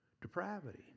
depravity